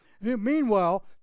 Meanwhile